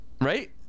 right